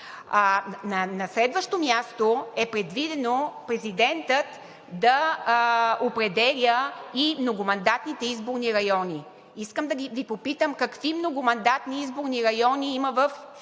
На следващо място е предвидено президентът да определя и многомандатните изборни райони. Искам да Ви попитам: какви многомандатни изборни райони има в мажоритарна